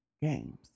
games